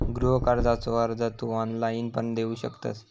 गृह कर्जाचो अर्ज तू ऑनलाईण पण देऊ शकतंस